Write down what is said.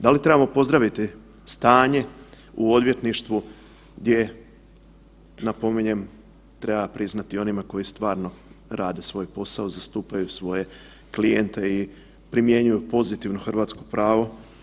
Da li trebamo pozdraviti stanje u odvjetništvu gdje, napominjem, treba priznati onima koji stvarno rade svoj posao, zastupaju svoje klijente i primjenjuju pozitivno hrvatsko pravo?